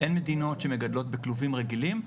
אין מדינות שמגדלות בכלובים רגילים,